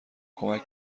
کمکم